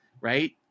Right